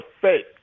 faith